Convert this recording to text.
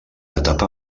etapa